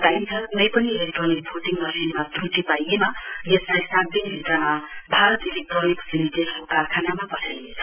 बताइन्छ क्नै पनि इलेक्ट्रोनिक भोटिङ मशिनमा त्र्टि पाइएमा यसलाई सातदिन भित्रमा भारत इलेक्ट्रोनिक्स लिमिटेडको कारखानामा पठाइनेछ